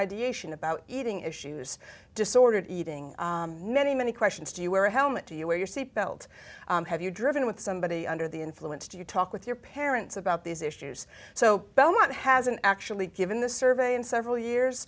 ideation about eating issues disordered eating many many questions do you wear a helmet do you wear your seat belt have you driven with somebody under the influence do you talk with your parents about these issues so belmont hasn't actually given this survey in several years